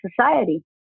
society